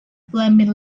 flaming